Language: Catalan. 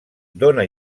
dóna